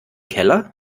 keller